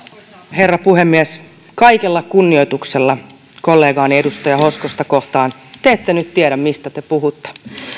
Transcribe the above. herra puhemies kaikella kunnioituksella kollegaani edustaja hoskosta kohtaan te ette nyt tiedä mistä puhutte